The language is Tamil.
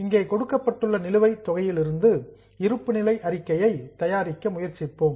இங்கே கொடுக்கப்பட்ட நிலுவை தொகையிலிருந்து இருந்து இருப்பு நிலை அறிக்கையை தயாரிக்க முயற்சிப்போம்